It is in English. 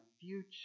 future